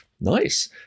nice